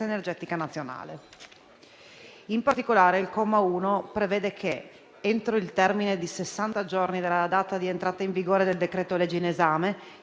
*relatrice*. In particolare, il comma 1 prevede che, entro il termine di sessanta giorni dalla data di entrata in vigore del decreto-legge in esame,